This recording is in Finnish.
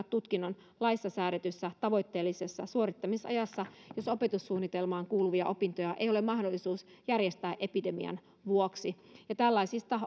tutkinnon laissa säädetyssä tavoitteellisessa suorittamisajassa jos opetussuunnitelmaan kuuluvia opintoja ei ole mahdollisuus järjestää epidemian vuoksi tällaisista